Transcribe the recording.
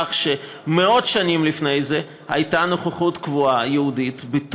בכך שמאות שנים לפני זה הייתה נוכחות יהודית קבועה